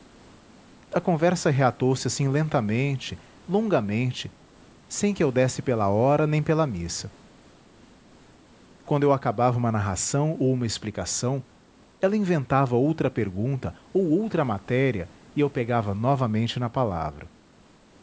a conversa reatou se assim lentamente longamente sem que eu desse pela hora nem pela missa quando eu acabava uma narração ou uma explicação ela inventava outra pergunta ou outra matéria e eu pegava novamente na palavra